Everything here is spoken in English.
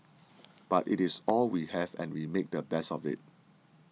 but it is all we have and we make the best of it